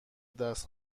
دست